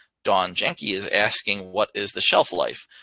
don jackie is asking, what is the shelf life?